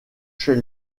chez